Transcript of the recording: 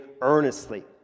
earnestly